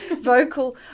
vocal